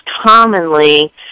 commonly